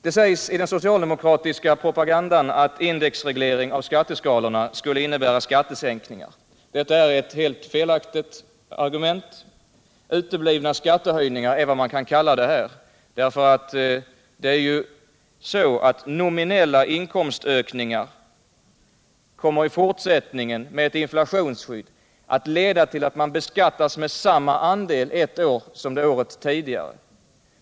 Det sägs i den socialdemokratiska propagandan att indexreglering av skatteskalorna skulle innebära skattesänkningar. Detta är ett felaktigt argument. Uteblivna skattehöjningar är vad man kan kalla det. Nominella inkomstökningar kommer ju i fortsättningen med ett inflationsskydd att leda till att man beskattas med samma andel ett år som året tidigare.